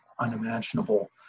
unimaginable